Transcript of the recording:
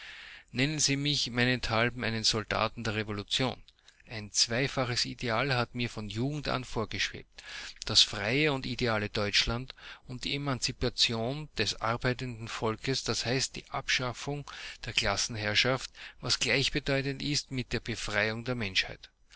nennen sie mich meinethalben einen soldaten der revolution ein zwiefaches ideal hat mir von jugend an vorgeschwebt das freie und ideale deutschland und die emanzipation des arbeitenden volkes d h die abschaffung der klassenherrschaft was gleichbedeutend ist mit der befreiung der menschheit